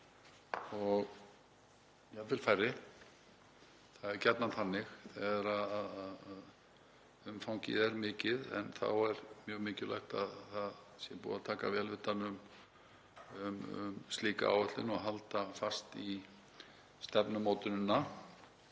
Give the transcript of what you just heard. og jafnvel færri, það er gjarnan þannig þegar umfangið er mikið, en þá er mjög mikilvægt að búið sé að taka vel utan um slíka áætlun og halda fast í stefnumótunina